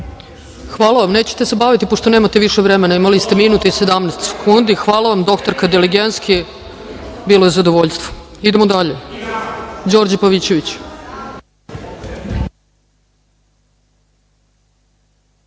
Hvala vam, nećete se baviti, pošto nemate više vremena, imali ste minut i 17 sekundi. Hvala vam dr. Diligenski, bilo je zadovoljstvo. Idemo dalje. **Đorđe Pavićević**